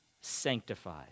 sanctified